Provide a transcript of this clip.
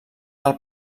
del